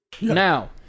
Now